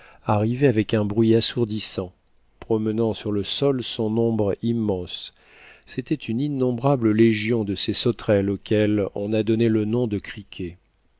arrivait avec un bruit assourdissant promenant sur le sol son ombre immense c'était une innombrable légion de ces sauterelles auxquelles on a donné le nom de criquets